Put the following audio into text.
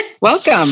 Welcome